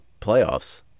playoffs